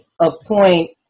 appoint